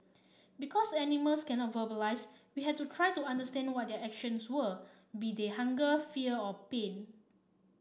because animals cannot verbalise we had to try to understand what their actions were be they hunger fear or pain